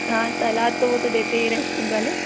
हाँ सलाद तो वो तो देते ही हैं रेस्टोरेंट वाले